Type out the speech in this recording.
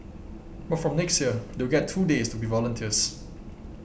but from next year they will get two days to be volunteers